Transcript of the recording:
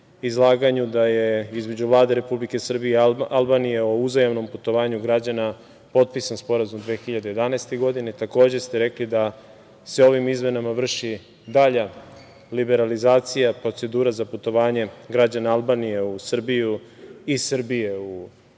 izlaganju da je između Vlade Republike Srbije i Albanije o uzajamnom putovanju građana potpisan Sporazum 2011. godine. Takođe ste rekli da se ovim izmenama vrši dalja liberalizacija procedura za putovanje građana Albanije u Srbiju i iz Srbije u Albaniju